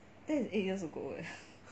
that is eight years ago eh